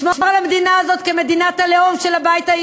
לשמור על המדינה הזאת כמדינת הלאום של הבית,